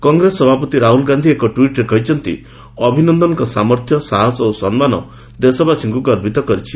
କଂଗ୍ରେସ ସଭାପତି ରାହୁଲ୍ ଗାନ୍ଧି ଏକ ଟ୍ୱିଟ୍ରେ କହିଛନ୍ତି ଅଭିନନ୍ଦନଙ୍କ ସାମର୍ଥ୍ୟ ସାହସ ଓ ସମ୍ମାନ ଦେଶବାସୀଙ୍କୁ ଗର୍ବିତ କରିଛି